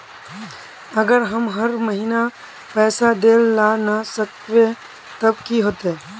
अगर हम हर महीना पैसा देल ला न सकवे तब की होते?